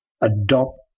adopt